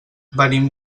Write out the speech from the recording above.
venim